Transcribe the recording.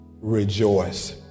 rejoice